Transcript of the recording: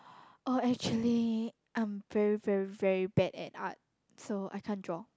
oh actually I am very very very bad at art so I can't draw